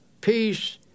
Peace